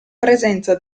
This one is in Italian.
presenza